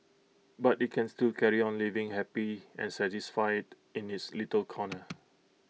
but IT can still carry on living happy and satisfied in its little corner